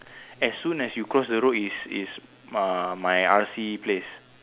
as soon as you cross the road is is uh my R_C place